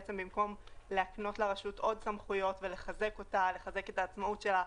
במקום להקנות לרשות עוד סמכויות ולחזק אותה ואת עצמאותה,